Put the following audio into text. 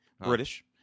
British